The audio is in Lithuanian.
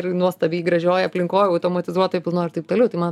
ir nuostabiai gražioj aplinkoj automatizuotoj pilnai ir taip toliau tai man